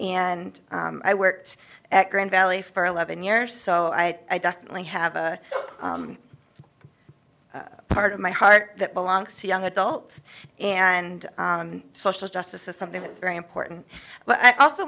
and i worked at grand valley for eleven years so i definitely have a part of my heart that belongs young adults and social justice is something that is very important but i also